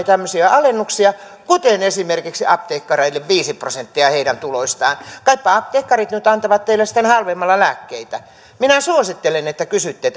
tämmöisiä alennuksia kuten esimerkiksi apteekkareille viisi prosenttia heidän tuloistaan kaipa apteekkarit nyt antavat teille sitten halvemmalla lääkkeitä minä suosittelen että kysytte